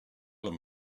him